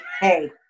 Hey